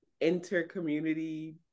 inter-community